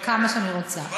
כמה שאני רוצה.